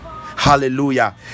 Hallelujah